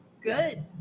Good